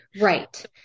right